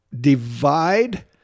Divide